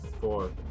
Four